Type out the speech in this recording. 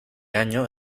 año